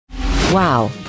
Wow